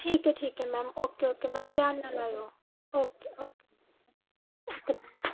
ਠੀਕ ਹੈ ਠੀਕ ਹੈ ਮੈਮ ਓਕੇ ਓਕੇ ਮੈਮ ਧਿਆਨ ਨਾਲ ਆਓ ਓਕੇ ਓਕੇ